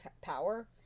power